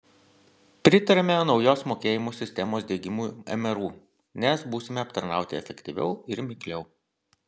pritariame naujos mokėjimų sistemos diegimui mru nes būsime aptarnauti efektyviau ir mikliau